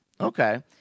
Okay